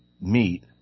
meet